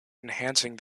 enhancing